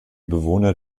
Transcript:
bewohner